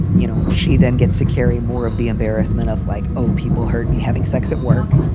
you know, she then gets to carry more of the embarrassment of like, oh, people heard me having sex at work.